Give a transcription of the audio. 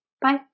Bye